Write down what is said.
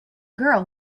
girl